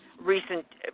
recent